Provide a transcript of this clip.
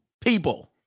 people